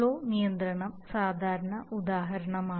flow നിയന്ത്രണം സാധാരണ ഉദാഹരണമാണ്